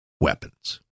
weapons